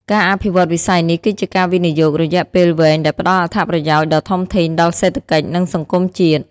ការអភិវឌ្ឍន៍វិស័យនេះគឺជាការវិនិយោគរយៈពេលវែងដែលផ្តល់អត្ថប្រយោជន៍ដ៏ធំធេងដល់សេដ្ឋកិច្ចនិងសង្គមជាតិ។